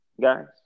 guys